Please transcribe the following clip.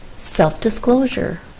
self-disclosure